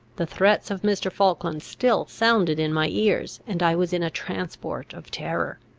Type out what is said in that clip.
the threats of mr. falkland still sounded in my ears, and i was in a transport of terror.